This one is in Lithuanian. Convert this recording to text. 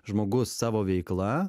žmogus savo veikla